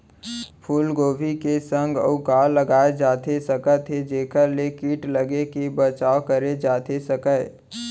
फूलगोभी के संग अऊ का लगाए जाथे सकत हे जेखर ले किट लगे ले बचाव करे जाथे सकय?